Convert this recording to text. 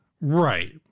Right